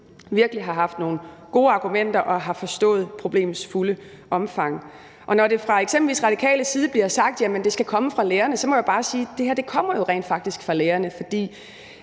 virkelig har haft nogle gode argumenter og har forstået problemets fulde omfang. Når det eksempelvis fra Radikales side bliver sagt, at det skal komme fra lærerne, må jeg bare sige, at det her jo rent faktisk kommer fra lærerne. For